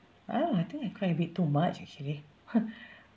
I don't know I think I cry a bit too much actually